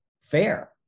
fair